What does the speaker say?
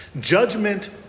Judgment